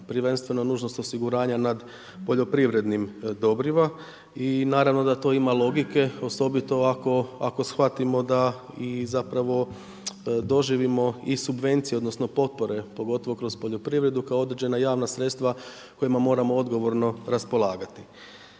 prvenstveno nužnost osiguranja nad poljoprivrednim dobrima i naravno da to ima logike, osobito ako shvatimo da i zapravo doživimo i subvencije, odnosno potpore, pogotovo kroz poljoprivredu kao određena javna sredstva kojima moramo odgovorno raspolagati.